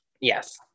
Yes